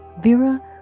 Vera